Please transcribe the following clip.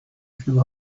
few